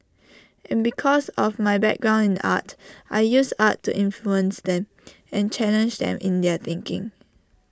and because of my background in art I use art to influence them and challenge them in their thinking